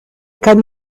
kann